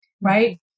Right